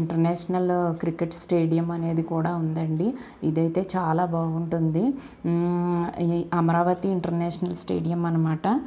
international cricket stadium అనేది కూడా ఉందండి ఇదైతే చాలా బాగుంటుంది ఇ అమరావతి ఇంటర్నేషనల్ స్టేడియమ్ అనమాట